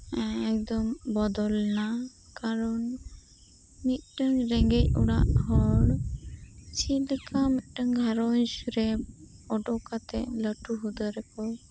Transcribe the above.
ᱮᱠᱫᱚᱢ ᱵᱚᱫᱚᱞ ᱱᱟ ᱠᱟᱨᱚᱱ ᱢᱤᱜᱴᱮᱝ ᱨᱮᱸᱜᱮᱡ ᱚᱲᱟᱜ ᱦᱚᱲ ᱪᱮᱜ ᱞᱮᱠᱟ ᱢᱤᱜᱴᱟᱝ ᱜᱷᱟᱨᱚᱸᱡᱽ ᱨᱮ ᱚᱰᱚᱠ ᱠᱟᱛᱮᱜ ᱞᱟᱴᱩ ᱦᱩᱫᱟᱹᱨᱮᱠᱚ